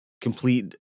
complete